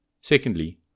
Secondly